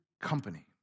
Company